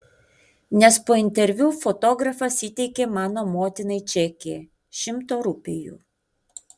nes po interviu fotografas įteikė mano motinai čekį šimto rupijų